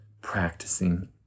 practicing